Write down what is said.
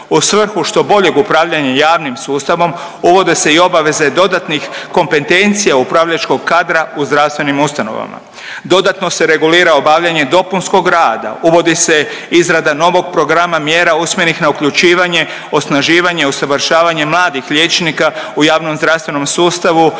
U svrhu što boljeg upravljanja javnim sustavom uvode se i obaveze dodatnih kompetencija upravljačkog kadra u zdravstvenim ustanovama. Dodatno se regulira obavljanje dopunskog rada, uvodi se izrada novog programa mjera usmjerenih na uključivanje, osnaživanje, usavršavanje mladih liječnika u javnom zdravstvenom sustavu,